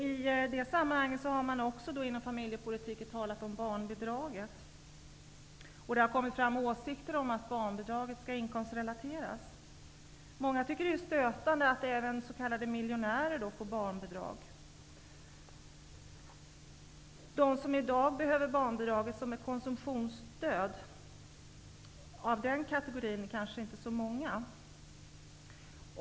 I detta sammanhang har man också inom familjepolitiken talat om barnbidraget, och det har kommit fram åsikter om att barnbidraget skall inkomstrelateras. Många tycker att det är stötande att även s.k. miljonärer får barnbidrag. De som i den kategorin i dag behöver barnbidraget som ett konsumtionsstöd är kanske inte så många.